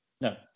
No